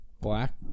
black